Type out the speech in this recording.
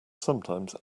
sometimes